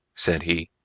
said he.